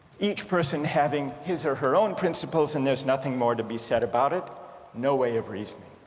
each person having his or her own principles and there's nothing more to be said about it no way of reasoning